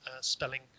spelling